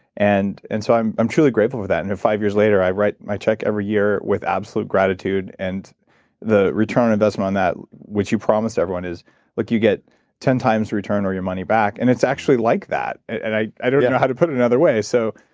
and and so i'm i'm truly grateful for that, and in five years later i write my check every year with absolute gratitude and the return investment on that, which you promised everyone is like you get ten times return or your money back. and it's actually like that. and i i don't know how to put it another way. so,